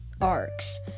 arcs